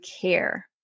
care